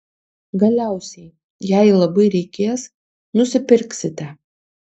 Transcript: galiausiai jei labai reikės nusipirksite